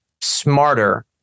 smarter